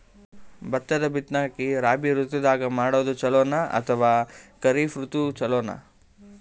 ಭತ್ತದ ಬಿತ್ತನಕಿ ರಾಬಿ ಋತು ದಾಗ ಮಾಡೋದು ಚಲೋನ ಅಥವಾ ಖರೀಫ್ ಋತು ಚಲೋನ?